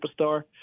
superstar